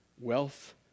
Wealth